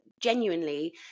genuinely